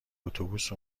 اتوبوس